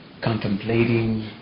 contemplating